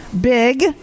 big